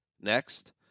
next